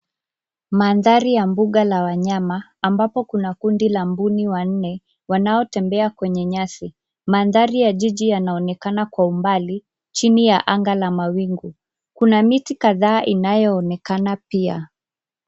Mandhari ya mbuga la wanyama, ambapo kuna kundi la mbuni wanne wanaotembea kwenye nyasi. Mandhari ya jiji yanaonekana kwa umbali, chini ya anga la mawingu. Kuna miti kadhaa inayoonekana pia.